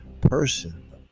person